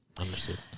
Understood